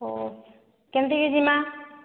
ହେଉ କେମିତିକି ଜିମା